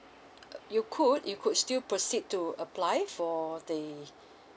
uh you could you could still proceed to apply for the